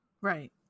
Right